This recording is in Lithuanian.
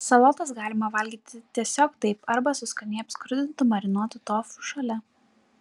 salotas galima valgyti tiesiog taip arba su skaniai apskrudintu marinuotu tofu šalia